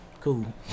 Cool